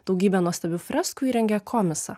daugybe nuostabių freskų įrengė komisą